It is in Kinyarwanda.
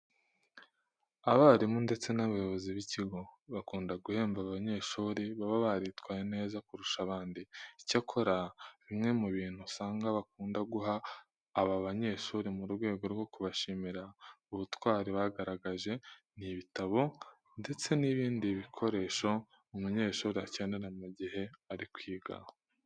Abarimu ndetse n'abayobozi b'ikigo bakunda guhemba abanyeshuri baba baritwaye neza kurusha abandi. Icyakora bimwe mu bintu usanga bakunda guha aba banyeshuri mu rwego rwo kubashimira ubutwari bagaragaje, ni ibitabo ndetse n'ibindi bikoresho umunyeshuri akenera mu gihe ari kwiga.